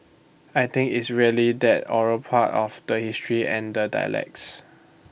I think it's really that oral part of the history and the dialects